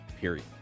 Period